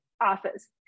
office